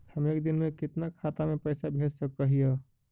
हम एक दिन में कितना खाता में पैसा भेज सक हिय?